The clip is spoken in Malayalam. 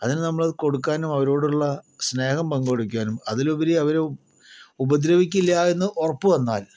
അതിന് നമ്മളത് കൊടുക്കാനും അവരോടുള്ള സ്നേഹം പങ്കുവയ്ക്കാനും അതിലുപരി അവരെ ഉപദ്രവിക്കില്ല്യ എന്ന് ഉറപ്പു വന്നാൽ